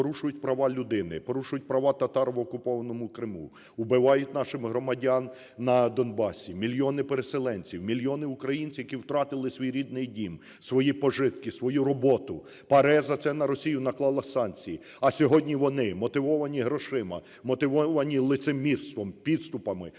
порушують права людини, порушують права татар в окупованому Криму, убивають наших громадян на Донбасі, мільйони переселенців, мільйони українців, які втратили свій рідний дім, свої пожитки, свою роботу. ПАРЄ за це на Росію наклала санкції. А сьогодні вони, мотивовані грошима, мотивовані лицемірством, підступами,